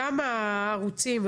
הערוצים,